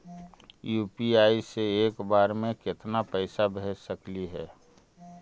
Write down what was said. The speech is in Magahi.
यु.पी.आई से एक बार मे केतना पैसा भेज सकली हे?